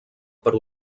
per